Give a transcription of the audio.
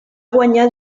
guanyar